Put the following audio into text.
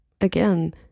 Again